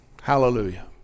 Hallelujah